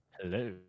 Hello